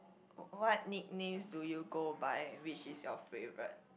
what nicknames do you go by which is your favourite